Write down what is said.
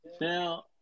now